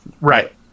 Right